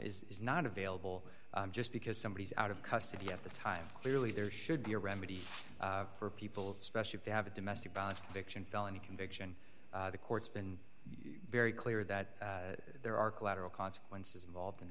ability is not available just because somebody is out of custody at the time clearly there should be a remedy for people especially if they have a domestic violence fiction felony conviction the court's been very clear that there are collateral consequences involved in